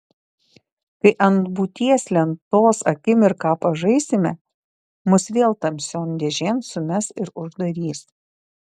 kai ant būties lentos akimirką pažaisime mus vėl tamsion dėžėn sumes ir uždarys